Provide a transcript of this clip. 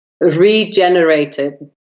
regenerated